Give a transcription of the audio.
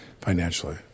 financially